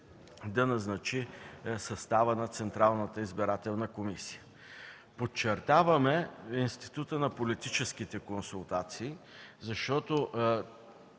да назначи състава на Централната избирателна комисия. Подчертаваме института на политическите консултации, защото